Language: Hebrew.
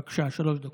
בבקשה, שלוש דקות.